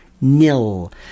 nil